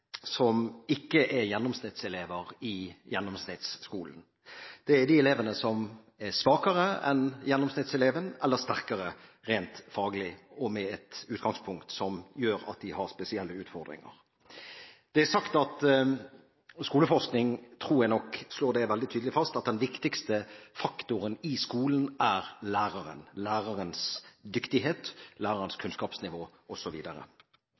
som ikke er gjennomsnittselever i gjennomsnittsskolen. Det er de elevene som er svakere eller sterkere enn gjennomsnittseleven rent faglig og med et utgangspunkt som gjør at de har spesielle utfordringer. Skoleforskningen slår tydelig fast at den viktigste faktoren i skolen er læreren – lærerens dyktighet, lærerens